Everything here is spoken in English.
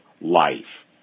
Life